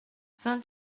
vingt